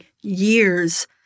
years